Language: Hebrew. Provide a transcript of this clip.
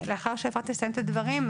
לאחר שאפרת תסיים את הדברים,